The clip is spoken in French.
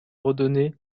redonner